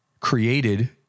created